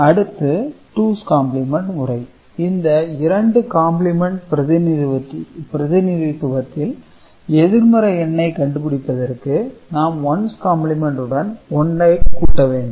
அடுத்து two's complement முறை இந்த இரண்டு காம்ப்ளிமென்ட் பிரதிநிதித்துவத்தில் எதிர்மறை எண்ணை கண்டு பிடிப்பதற்கு நாம் ஒன்ஸ் காம்ப்ளிமென்ட் உடன் 1 ஐ கூட்ட வேண்டும்